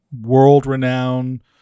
World-renowned